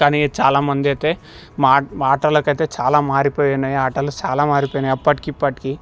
కాని చాలా మంది అయితే మా మాటలకి అయితే చాలా మారిపోయి ఉన్నాయి ఆటలు చాలా మారిపోయాయి అప్పటికీ ఇప్పటికీ